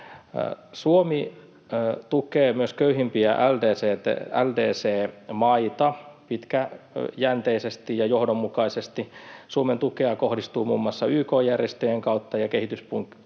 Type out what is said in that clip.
Suomi tukee myös köyhimpiä LDC-maita pitkäjänteisesti ja johdonmukaisesti. Suomen tukea kohdistuu muun muassa YK-järjestöjen kautta ja kehityspankkien